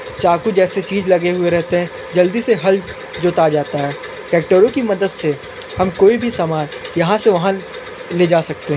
चाकू जैसे चीज़ लगे हुए रहते हैं जल्दी से हल जोता जाता है ट्रैक्टरों की मदद से हम कोई भी सामान यहाँ से वहाँ ले जा सकते हैं